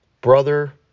brother